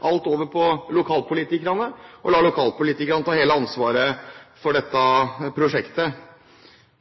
på lokalpolitikerne og lar lokalpolitikerne ta hele ansvaret for dette prosjektet.